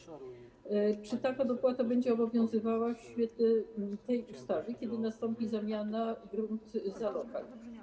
Czy taka dopłata będzie obowiązywała w świetle tej ustawy, kiedy nastąpi zamiana gruntu za lokal?